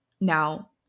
Now